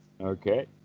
Okay